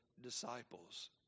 disciples